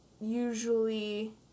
usually